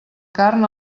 carn